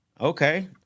okay